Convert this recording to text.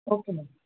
okay ma'am